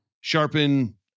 sharpen